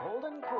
Golden